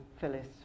Phyllis